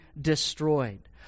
destroyed